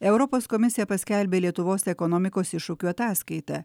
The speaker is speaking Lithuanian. europos komisija paskelbė lietuvos ekonomikos iššūkių ataskaitą